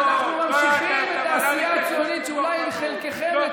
ואנחנו ממשיכים את העשייה הציונית שאולי לחלקכם,